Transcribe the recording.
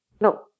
no